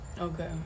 Okay